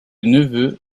neveu